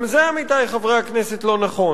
גם זה, עמיתי חברי הכנסת, לא נכון.